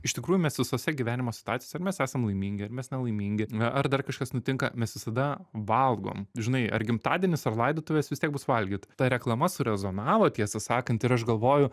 iš tikrųjų mes visose gyvenimo situacijose ar mes esam laimingi ar mes nelaimingi ar dar kažkas nutinka mes visada valgom žinai ar gimtadienis ar laidotuvės vis tiek bus valgyt ta reklama surezonavo tiesą sakant ir aš galvoju